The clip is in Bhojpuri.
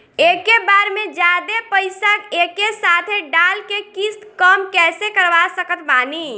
एके बार मे जादे पईसा एके साथे डाल के किश्त कम कैसे करवा सकत बानी?